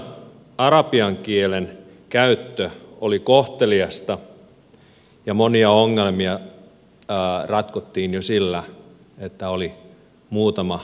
libanonissa arabian kielen käyttö oli kohteliasta ja monia ongelmia ratkottiin jo sillä että oli muutama yhteinen sana